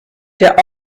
der